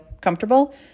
comfortable